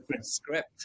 script